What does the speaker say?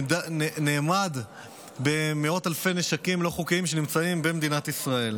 נאמד במאות אלפי נשקים לא חוקיים שנמצאים במדינת ישראל.